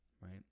right